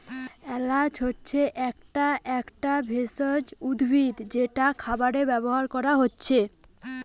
এলাচ হচ্ছে একটা একটা ভেষজ উদ্ভিদ যেটা খাবারে ব্যাভার কোরা হচ্ছে